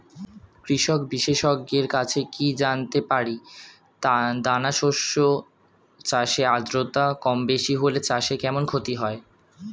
কৃষক বিশেষজ্ঞের কাছে কি জানতে পারি দানা শস্য চাষে আদ্রতা কমবেশি হলে চাষে কেমন ক্ষতি হয়?